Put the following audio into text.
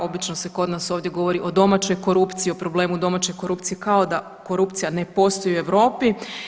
Obično se kod nas ovdje govori o domaćoj korupciji, o problemu domaće korupcije kao da korupcija ne postoji u Europi.